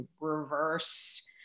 reverse